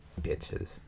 bitches